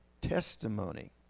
testimony